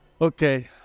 Okay